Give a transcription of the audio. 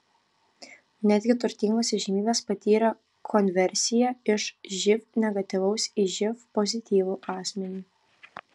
netgi turtingos įžymybės patyrė konversiją iš živ negatyvaus į živ pozityvų asmenį